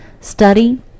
study